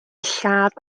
lladd